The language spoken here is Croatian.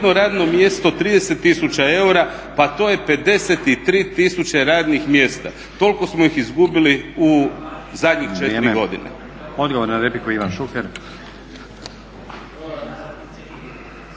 jedno radno mjesto 30000 eura pa to je 53000 radnih mjesta. Toliko smo ih izgubili u zadnje 4 godine.